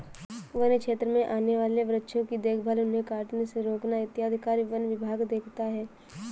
वन्य क्षेत्र में आने वाले वृक्षों की देखभाल उन्हें कटने से रोकना इत्यादि कार्य वन विभाग देखता है